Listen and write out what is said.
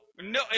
No